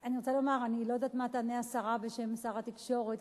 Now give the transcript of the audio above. אני לא יודעת מה תענה השרה בשם שר התקשורת,